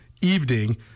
evening